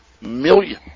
million